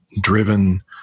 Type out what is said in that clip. driven